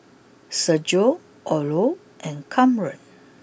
Sergio Orlo and Kamren